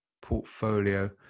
portfolio